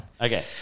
Okay